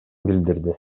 билдирди